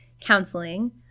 counseling